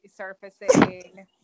resurfacing